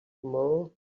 tomorrow